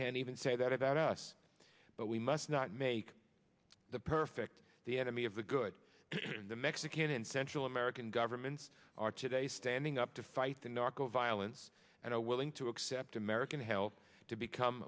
can't even say that about us but we must not make the perfect the enemy of the good and the mexican and central american governments are today standing up to fight the narco violence and are willing to accept american help to become